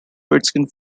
redskins